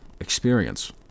experience